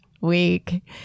week